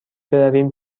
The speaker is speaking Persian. برویم